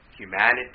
humanity